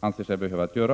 anser sig behöva göra.